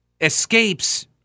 escapes